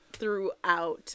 throughout